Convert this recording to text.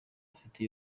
afite